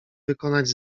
wykonać